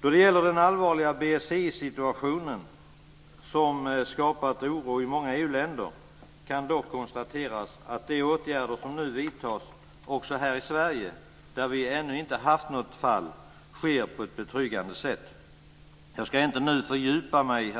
Då det gäller den allvarliga BSE-situationen, som skapat oro i många EU-länder, kan dock konstateras att de åtgärder som nu vidtas också här i Sverige, där vi ännu inte haft något fall, sker på ett betryggande sätt. Jag ska inte nu fördjupa mig